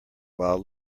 while